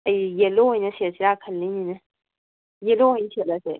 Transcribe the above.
ꯑꯩ ꯌꯦꯂꯣ ꯑꯣꯏꯅ ꯁꯦꯠꯁꯤꯔꯥ ꯈꯜꯂꯤꯅꯤꯅꯦ ꯌꯦꯂꯣ ꯑꯣꯏꯅ ꯁꯦꯠꯂꯁꯦ